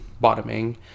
bottoming